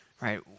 right